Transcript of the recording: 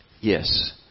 Yes